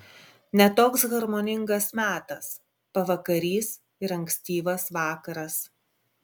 ne toks harmoningas metas pavakarys ir ankstyvas vakaras